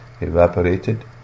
evaporated